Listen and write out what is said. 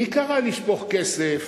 מי קרא לשפוך כסף